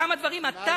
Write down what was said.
כמה דברים אתה,